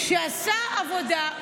שעשה עבודה.